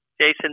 Jason